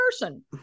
person